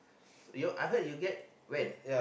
you I heard you get when